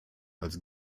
als